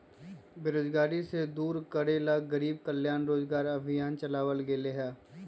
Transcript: बेरोजगारी के दूर करे ला गरीब कल्याण रोजगार अभियान चलावल गेले है